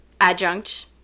adjunct